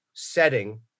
setting